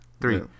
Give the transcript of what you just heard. three